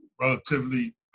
relatively